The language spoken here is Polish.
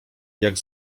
jak